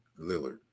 Lillard